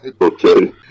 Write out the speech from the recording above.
Okay